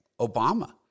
Obama